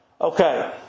Okay